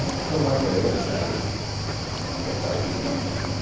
so one day, i decided i would start eating apples.